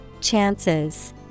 Chances